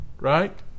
right